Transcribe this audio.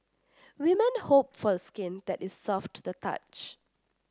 women hope for skin that is soft to the touch